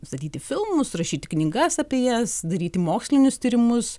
statyti filmus rašyti knygas apie jas daryti mokslinius tyrimus